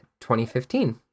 2015